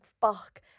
fuck